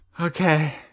Okay